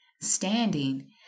standing